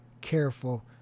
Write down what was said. careful